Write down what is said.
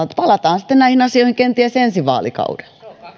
että palataan sitten näihin asioihin kenties ensi vaalikaudella